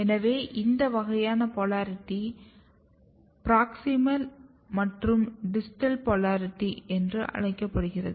எனவே இந்த வகையான போலாரிட்டி பிராக்ஸிமல் மற்றும் டிஸ்டல் போலாரிட்டி என அழைக்கப்படுகிறது